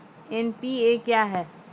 NPA क्या हैं?